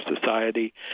society